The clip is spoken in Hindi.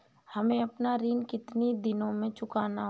हमें अपना ऋण कितनी दिनों में चुकाना होगा?